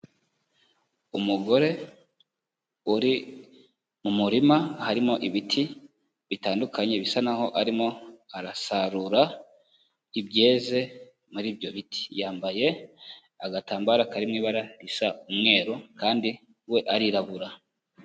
Umugore uri mu murima, harimo ibiti bitandukanye, bisa naho arimo arasarura ibyeze muri ibyo biti. Yambaye agatambaro karimo ibara risa n'umweru, kandi we arirabura.